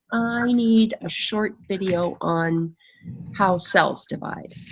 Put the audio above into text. i need a short video on how cells divide.